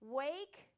wake